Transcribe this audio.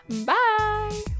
Bye